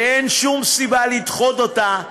ואין שום סיבה לדחות אותה,